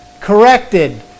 corrected